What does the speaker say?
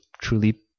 truly